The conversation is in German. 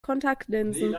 kontaktlinsen